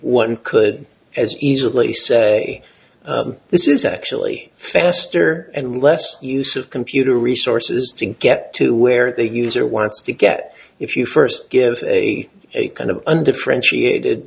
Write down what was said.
one could as easily say hey this is actually faster and less use of computer resources to get to where the user wants to get if you first give a kind of undifferentiate